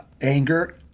anger